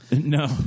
No